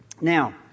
Now